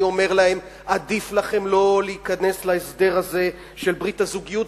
אני אומר להם: עדיף לכם לא להיכנס להסדר הזה של ברית הזוגיות,